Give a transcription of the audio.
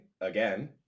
again